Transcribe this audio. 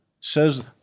says